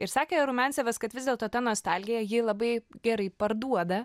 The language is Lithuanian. ir sakė rumenciavas kad vis dėlto ta nostalgija jį labai gerai parduoda